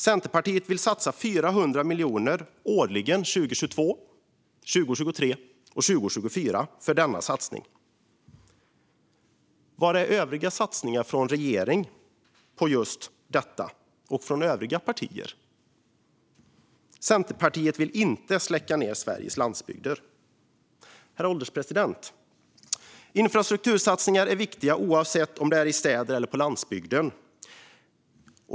Centerpartiet vill satsa 400 miljoner årligen 2022, 2023 och 2024 på detta. Var är övriga satsningar från regeringen och från övriga partier på just detta? Centerpartiet vill inte släcka ned Sveriges landsbygder. Herr ålderspresident! Infrastruktursatsningar är viktiga oavsett om de görs i städer eller på landsbygden.